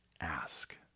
Ask